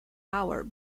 hour